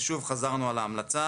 ושוב חזרנו על ההמלצה